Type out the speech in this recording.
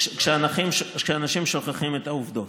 כשאנשים שוכחים את העובדות.